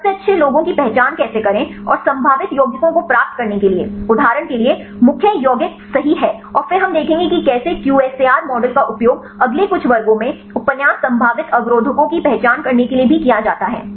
सबसे अच्छे लोगों की पहचान कैसे करें और संभावित यौगिकों को प्राप्त करने के लिए उदाहरण के लिए मुख्य यौगिक सही हैं और फिर हम देखेंगे कि कैसे QSAR मॉडल का उपयोग अगले कुछ वर्गों में उपन्यास संभावित अवरोधकों की पहचान करने के लिए भी किया जाता है